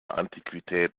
antiquität